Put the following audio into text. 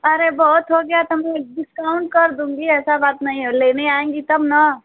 अरे बहुत हो गया तो मैं डिस्काउंट कर दूँगी ऐसी बात नहीं है लेनी आएँगी तब ना